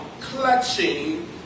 clutching